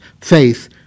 faith